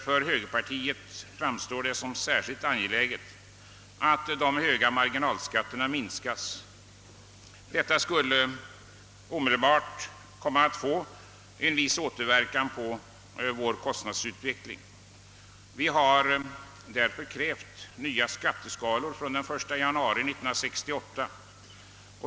För högerpartiet framstår det som särskilt angeläget att de höga marginalskatterna minskas detta skulle komma att få en viss återverkan på kostnadsutvecklingen. Vi har därför krävt nya skatteskalor från den 1 januari 1968.